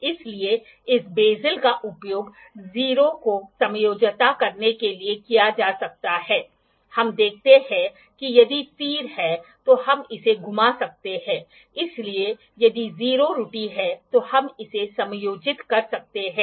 इसलिए इस बेज़ल का उपयोग 0 को समायोजित करने के लिए किया जा सकता है हम देखते हैं कि यदि तीर है तो हम इसे घुमा सकते हैं इसलिए यदि 0 त्रुटि है तो हम इसे समायोजित कर सकते हैं